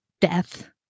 death